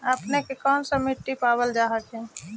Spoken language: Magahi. अपने के कौन सा मिट्टीया पाबल जा हखिन?